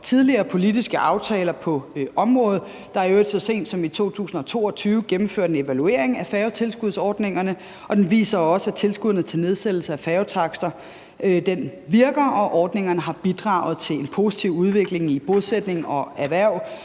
tidligere politiske aftaler på området. I øvrigt gennemførtes der så sent som i 2022 en evaluering af færgetilskudsordningerne, og den viser også, at tilskuddet til nedsættelse af færgetakster virker, og at ordningerne har bidraget til en positiv udvikling i bosætning og erhverv